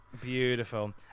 Beautiful